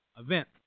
event